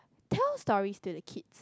tell stories to the kids